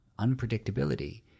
unpredictability